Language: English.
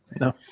No